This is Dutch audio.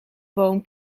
boom